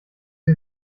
sie